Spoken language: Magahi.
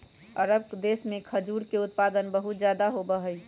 अरब देश में खजूर के उत्पादन बहुत ज्यादा होबा हई